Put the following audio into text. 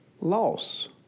loss